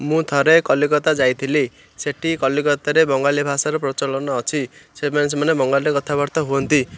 ମୁଁ ଥରେ କଲିକତା ଯାଇଥିଲି ସେଠି କଲିକତାରେ ବଙ୍ଗାଳୀ ଭାଷାର ପ୍ରଚଳନ ଅଛି ସେମାନେ ସେମାନେ ବଙ୍ଗାଳୀରେ କଥାବାର୍ତ୍ତା ହୁଅନ୍ତି